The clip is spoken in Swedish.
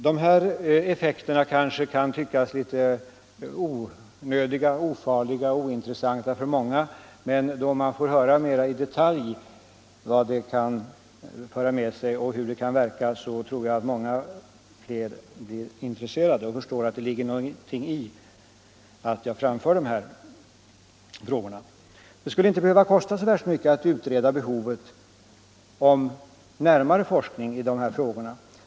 De här effekterna kanske kan tyckas vara rätt ofarliga och ointressanta, men om man får höra litet mera i detalj vad de kan föra med sig tror jag att man ofta blir mer intresserad och förstår att det ligger något i att jag tar upp saken. Det skulle inte behöva kosta så värst mycket att utreda behovet av närmare forskning i dessa frågor.